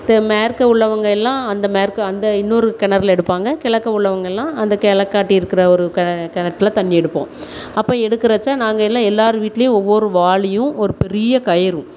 தெ மேற்கு உள்ளவங்க எல்லாம் அந்த மேற்கே அந்த இன்னொரு கிணறுல எடுப்பாங்க கிழக்க உள்ளவங்க எல்லாம் அந்த கெழக்க காட்டி இருக்கிற ஒரு கெ கிணத்துல தண்ணி எடுப்போம் அப்போ எடுக்குறச்ச நாங்கள் எல்லாம் எல்லோரு வீட்டுலேயும் ஒவ்வொரு வாளியும் ஒரு பெரிய கயிறும்